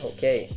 Okay